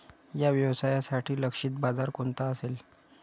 या व्यवसायासाठी लक्षित बाजार कोणता असेल?